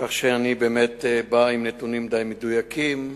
כך שאני באמת בא עם נתונים די מדויקים.